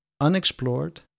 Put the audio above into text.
unexplored